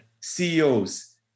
CEOs